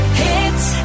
hits